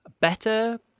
Better